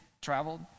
traveled